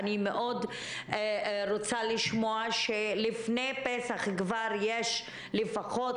אני מאוד רוצה לשמוע שלפני פסח כבר יש לפחות